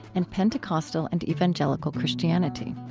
and pentecostal and evangelical christianity